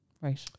Right